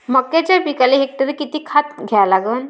मक्याच्या पिकाले हेक्टरी किती खात द्या लागन?